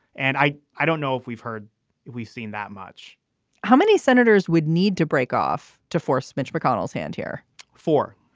and i i don't know if we've heard we've seen that much how many senators would need to break off to force mitch mcconnell's hand here for.